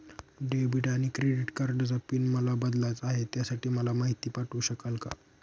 Debit आणि credit कार्डचा pin मला बदलायचा आहे, त्यासाठी मला माहिती पाठवू शकाल का?